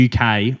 UK